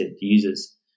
users